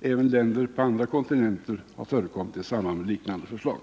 Även länder på andra kontinenter har Nr 164 förekommit i samband med liknande förslag.